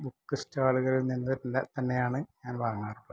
book സ്റ്റാളുകളിൽ നിന്ന് തന്നെയാണ് ഞാൻ വാങ്ങാറുള്ളത്